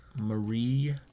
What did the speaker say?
Marie